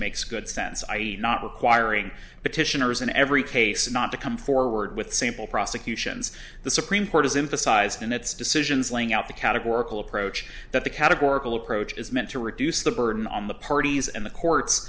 makes good sense i e not requiring petitioners in every case not to come forward with simple prosecutions the supreme court is in full sized in its decisions laying out the categorical approach that the categorical approach is meant to reduce the burden on the parties and the courts